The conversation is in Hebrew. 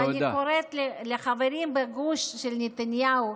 ואני קוראת לחברים בגוש של נתניהו: